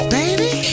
Baby